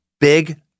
Big